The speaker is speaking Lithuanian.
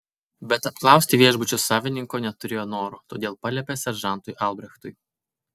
bet apklausti viešbučio savininko neturėjo noro todėl paliepė seržantui albrechtui